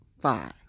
five